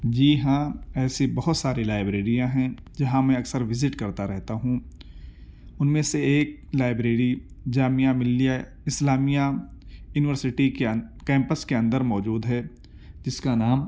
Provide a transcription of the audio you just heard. جی ہاں ایسی بہت ساری لائبریریاں ہیں جہاں میں اکثر وزٹ کرتا رہتا ہوں ان میں سے ایک لائبریری جامعہ ملیہ اسلامیہ یونیورسٹی کے ان کیمپس کے اندر موجود ہے جس کا نام